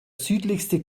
südlichste